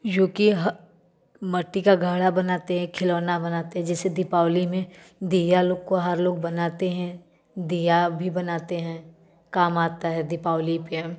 जो कि ह मिट्टी का घड़ा बनाते हैं खिलौना बनाते है जैसे दीपावली में दीया लोग कोहार लोग बनाते हैं दीया भी बनाते हैं काम आता है दीपावली पर